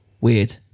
Weird